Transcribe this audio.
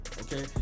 okay